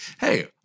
hey